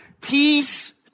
peace